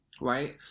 Right